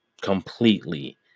completely